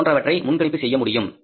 போன்றவற்றை முன்கணிப்பு செய்யமுடியும்